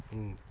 mm